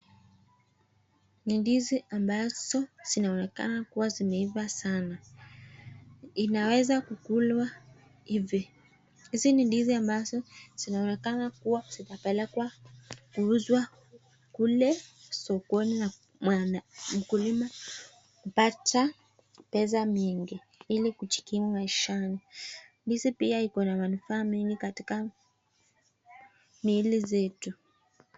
Ni ndizi ambazo zinazonekana kuwa zimeiva sana. Inaweza kukulwa hivi hizi ni ndizi ambazo zinaonekana kuwa zinapelekwa kuuzwa kule sokoni na mkulima kupata pesa mingi ili kujikimu maishani. Ndizi pia iko na manufaa mingi katika maisha zetu.